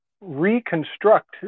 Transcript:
reconstruct